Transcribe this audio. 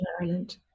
Ireland